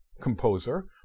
composer